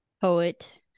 poet